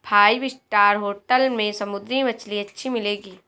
five star hotel में समुद्री मछली अच्छी मिलेंगी